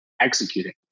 executing